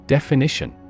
Definition